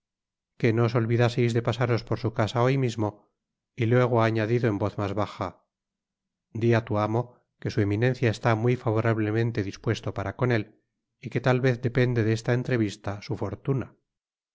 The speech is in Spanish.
que no os olvidaseis de pasaros por su casa hoy mismo y luego ha añadido en voz mas baja di á tu amo que su eminencia está muy favorabtemente dispuesto para con él y que tal vez depende de esta entrevista su fortuna